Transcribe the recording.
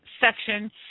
section